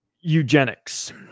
eugenics